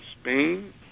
Spain